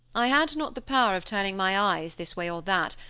i had not the power of turning my eyes this way or that,